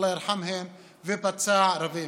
אללה ירחם עליהם, ופצע רבים.